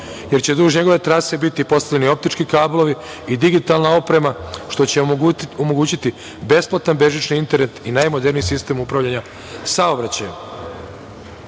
jer će duž njegove trase biti postavljeni optički kablovi i digitalna oprema, što će omogućiti besplatan bežični internet i najmoderniji sistem upravljanja saobraćajem. Nikada